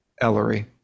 Ellery